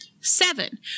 Seven